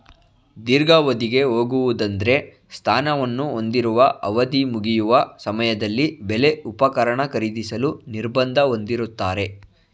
ದೀರ್ಘಾವಧಿಗೆ ಹೋಗುವುದೆಂದ್ರೆ ಸ್ಥಾನವನ್ನು ಹೊಂದಿರುವ ಅವಧಿಮುಗಿಯುವ ಸಮಯದಲ್ಲಿ ಬೆಲೆ ಉಪಕರಣ ಖರೀದಿಸಲು ನಿರ್ಬಂಧ ಹೊಂದಿರುತ್ತಾರೆ